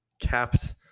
capped